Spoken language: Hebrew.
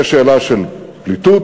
יש שאלה של פליטות,